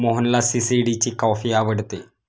मोहनला सी.सी.डी ची कॉफी आवडते